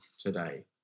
today